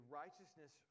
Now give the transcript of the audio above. righteousness